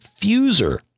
fuser